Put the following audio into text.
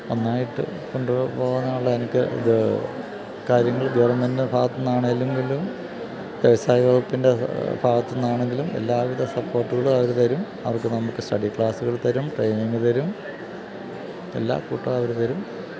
നന്നായിട്ട് കൊണ്ടുപോകാനുള്ള ഇത് കാര്യങ്ങൾ ഗവൺമെൻറിന്റെ ഭാഗത്ത് നിന്നാണെങ്കിലും വ്യവസായ വകുപ്പിൻ്റെ ഭാഗത്ത് നിന്നാണെങ്കിലും എല്ലാവിധ സപ്പോർട്ടുകളും അവര് തരും അവർ നമുക്ക് സ്റ്റഡി ക്ലാസുകൾ തരും ട്രെയിനിങ് തരും എല്ലാ കൂട്ടവും അവര് തരും